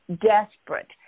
desperate